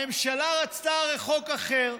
הרי הממשלה רצתה חוק אחר.